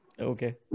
Okay